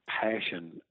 passion